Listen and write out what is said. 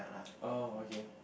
oh okay